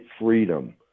freedom